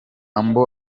humble